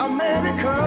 America